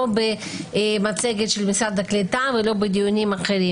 לא במצגת של משרד הקליטה ולא בדיונים אחרים,